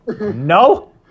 No